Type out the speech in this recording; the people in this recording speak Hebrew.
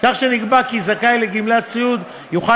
כך שנקבע כי זכאי לגמלת סיעוד יוכל